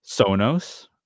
Sonos